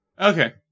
Okay